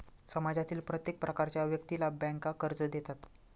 समाजातील प्रत्येक प्रकारच्या व्यक्तीला बँका कर्ज देतात